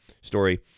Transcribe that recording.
story